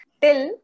till